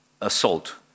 assault